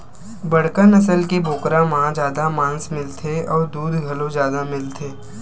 बड़का नसल के बोकरा म जादा मांस मिलथे अउ दूद घलो जादा मिलथे